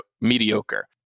mediocre